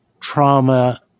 trauma